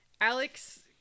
Alex